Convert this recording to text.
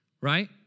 right